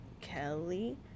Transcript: Kelly